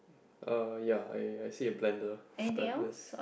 uh ya I I see a blender blenders